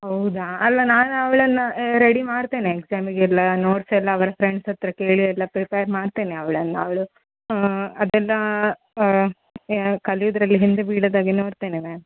ಹೌದಾ ಅಲ್ಲ ನಾನು ಅವಳನ್ನು ರೆಡಿ ಮಾಡ್ತೇನೆ ಎಕ್ಸಾಮಿಗೆಲ್ಲ ನೋಡ್ಸೆಲ್ಲ ಅವರ ಫ್ರೆಂಡ್ಸ್ ಹತ್ರ ಕೇಳಿ ಎಲ್ಲ ಪ್ರೀಪೇರ್ ಮಾಡ್ತೇನೆ ಅವಳನ್ನು ಅವಳು ಅದೆಲ್ಲ ಕಲಿಯುದರಲ್ಲಿ ಹಿಂದೆ ಬೀಳದಾಗೆ ನೋಡ್ತೇನೆ ಮ್ಯಾಮ್